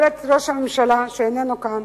ראש הממשלה, שאיננו כאן,